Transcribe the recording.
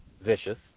Vicious